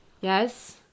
yes